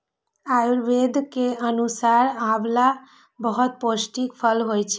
आयुर्वेदक अनुसार आंवला बहुत पौष्टिक फल होइ छै